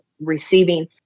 receiving